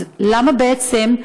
אז למה, בעצם?